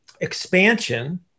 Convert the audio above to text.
expansion